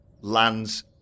lands